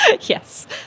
Yes